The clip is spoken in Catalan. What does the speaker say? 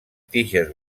tiges